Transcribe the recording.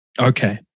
Okay